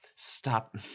Stop